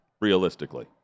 realistically